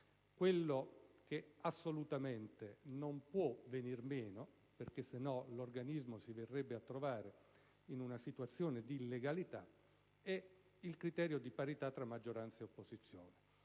Ciò che assolutamente non può venir meno, altrimenti l'organismo si verrebbe a trovare in una situazione di illegalità, è il criterio di parità tra maggioranza e opposizione,